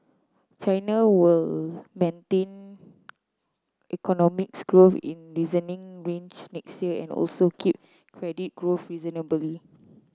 China will maintain economics growth in reasoning range next year and also keep credit growth reasonably